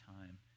time